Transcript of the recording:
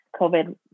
COVID